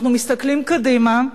אנחנו מסתכלים קדימה,